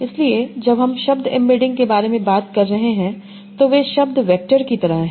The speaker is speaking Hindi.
इसलिए जब हम शब्द एम्बेडिंग के बारे में बात कर रहे हैं तो वे शब्द वैक्टर की तरह हैं